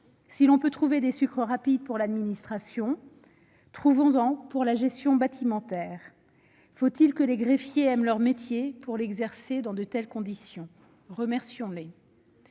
Si l'on peut trouver des sucres rapides pour l'administration, trouvons-en pour la gestion des bâtiments. Faut-il que les greffiers aiment leur métier pour l'exercer dans de telles conditions ! Remercions-les